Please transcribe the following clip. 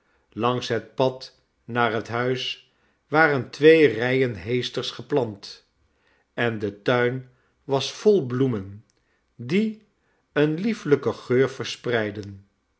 langs het pad naar het huis waren twee rijen heesters geplant en de tuin was vol bloemen die een liefelijken geur verspreidden